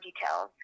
details